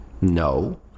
no